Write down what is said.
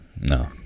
no